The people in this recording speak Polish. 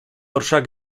orszak